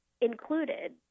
included